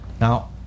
Now